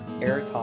Eric